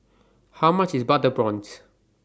How much IS Butter Prawns